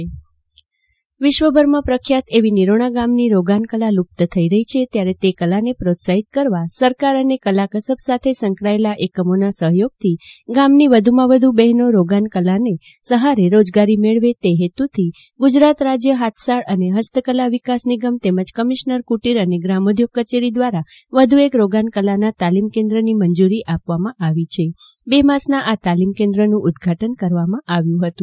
જાગૃતિ વકીલ રોગાન કળા વિશ્વ ભરમાં પ્રખ્યાત એવી નીરોના ગામની રોગન કળા લુપ્ત થઇ રહી છે ત્યારે તે કલાને પ્રોત્સાફન આપવા સરકાર અને કળા કસબ સાથે સંકળાયેલા એકમોના સહયોગથી ગામની વધુમાં વધુ બહેનો રોગાનકળાને સહારે રોજગારી મેળવે તે હેતુથી ગુજરાત રાજ્ય હાથસાળ અને હસ્તકલા વિકાસ નિગમ તેમજ કમિશ્નર કુટીર અને ગ્રામોદ્યોગ કચેરી દ્વારા વધુ એક રોગાનકલાના તાલીમ કેન્દ્રની મંજુરી આપી બે માસના આ તાલીમ કેન્દ્રનું ઉદ્વાટન કરવામાં આવ્યું હતું